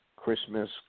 Christmas